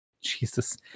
Jesus